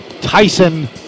Tyson